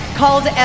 called